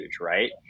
Right